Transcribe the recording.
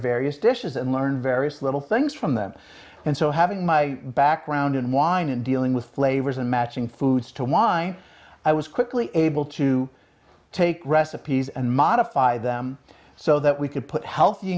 various dishes and learn various little things from them and so having my background in wine and dealing with flavors and matching foods to wine i was quickly able to take recipes and modify them so that we could put healthy